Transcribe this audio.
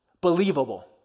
believable